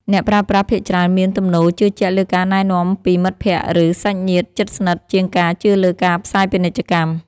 អ្នកប្រើប្រាស់ភាគច្រើនមានទំនោរជឿជាក់លើការណែនាំពីមិត្តភក្តិឬសាច់ញាតិជិតស្និទ្ធជាងការជឿលើការផ្សាយពាណិជ្ជកម្ម។